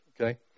Okay